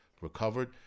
Recovered